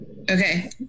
Okay